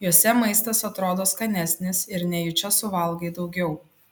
juose maistas atrodo skanesnis ir nejučia suvalgai daugiau